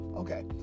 Okay